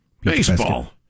Baseball